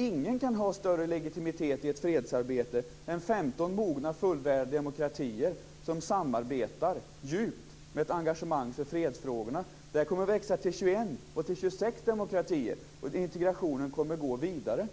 Ingen kan ha större legitimitet i ett fredsarbete än 15 mogna, fullvärdiga demokratier som samarbetar djupt och har ett engagemang för fredsfrågorna. De kommer att växa till 21 och 26 demokratier. Integrationen kommer att gå vidare.